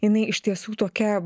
jinai iš tiesų tokia